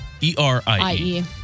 E-R-I-E